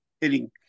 hitting